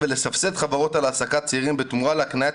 ולסבסד חברות על העסקת צעירים בתמורה להקניית